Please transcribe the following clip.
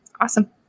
Awesome